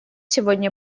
сегодня